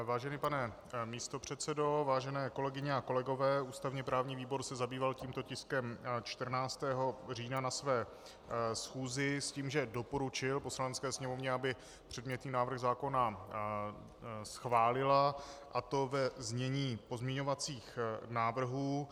Vážený pane místopředsedo, vážené kolegyně a kolegové, ústavněprávní výbor se zabýval tímto tiskem 14. října na své schůzi s tím, že doporučil Poslanecké sněmovně, aby předmětný návrh zákona schválila, a to ve znění pozměňovacích návrhů.